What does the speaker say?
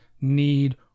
need